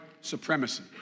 supremacy